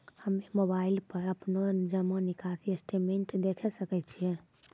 हम्मय मोबाइल पर अपनो जमा निकासी स्टेटमेंट देखय सकय छियै?